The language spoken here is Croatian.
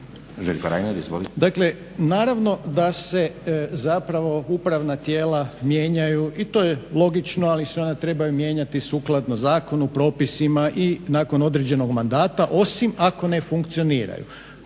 Željko Reiner. Izvolite.